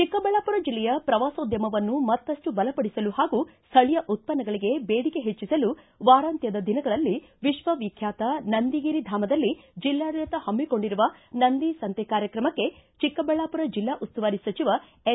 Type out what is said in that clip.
ಚಿಕ್ಕಬಳ್ಳಾಪುರ ಜಿಲ್ಲೆಯ ಪ್ರವಾಸೋದ್ಧಮವನ್ನು ಮತ್ತಷ್ಟು ಬಲಪಡಿಸಲು ಹಾಗೂ ಸ್ವಳೀಯ ಉತ್ವನ್ನಗಳಿಗೆ ಬೇಡಿಕೆ ಹೆಚ್ಚಿಸಲು ವಾರಾಂತ್ಯದ ದಿನಗಳಲ್ಲಿ ವಿಶ್ವವಿಖ್ಯಾತ ನಂದಿಗಿರಿಧಾಮದಲ್ಲಿ ಜಿಲ್ಲಾಡಳಿತ ಹಮ್ನಿಕೊಂಡಿರುವ ನಂದಿಸಂತೆ ಕಾರ್ಯಕ್ರಮಕ್ಕೆ ಚಿಕ್ಕಬಳ್ಳಾಪುರ ಜಿಲ್ಲಾ ಉಸ್ತುವಾರಿ ಸಚಿವ ಎನ್